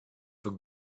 for